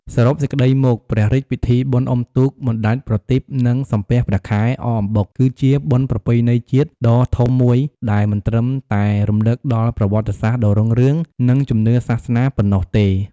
សរុបសេចក្តីមក ព្រះរាជពិធីបុណ្យអុំទូក បណ្ដែតប្រទីប និងសំពះព្រះខែ អកអំបុក គឺជាបុណ្យប្រពៃណីជាតិដ៏ធំមួយដែលមិនត្រឹមតែរំលឹកដល់ប្រវត្តិសាស្ត្រដ៏រុងរឿង និងជំនឿសាសនាប៉ុណ្ណោះទេ។